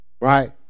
right